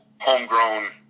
homegrown